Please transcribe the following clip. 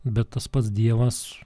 bet tas pats dievas